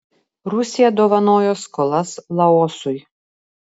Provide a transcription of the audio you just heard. rusija dovanojo skolas laosui